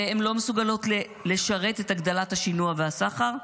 והן לא מסוגלות לשרת את הגדלת השינוע והסחר,